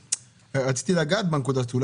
רציתי לגעת בנקודה הזו,